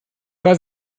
was